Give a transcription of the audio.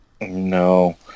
No